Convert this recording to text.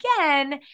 again